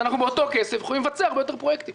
באותו כסף אנחנו יכולים לבצע הרבה יותר פרויקטים.